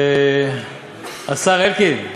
השר אלקין,